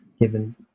given